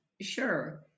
Sure